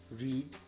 read